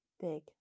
big